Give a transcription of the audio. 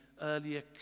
earlier